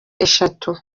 eshatu